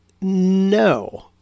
No